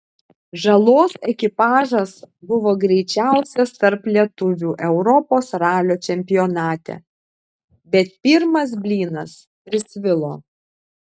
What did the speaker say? žalos ekipažas buvo greičiausias tarp lietuvių europos ralio čempionate bet pirmas blynas prisvilo